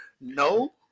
No